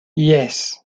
yes